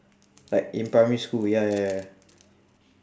like in primary school ya ya ya